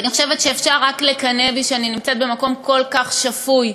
ואני חושבת שאפשר רק לקנא בי שאני נמצאת במקום כל כך שפוי